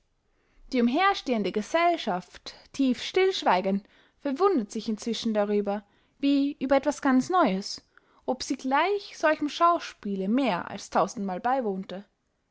die umherstehende gesellschaft tief stillschweigend verwundert sich inzwischen darüber wie über etwas ganz neues ob sie gleich solchem schauspiele mehr als tausendmal beywohnte